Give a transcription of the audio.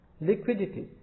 liquidity